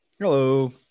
hello